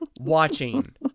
watching